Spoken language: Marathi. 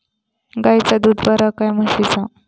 गायचा दूध बरा काय म्हशीचा?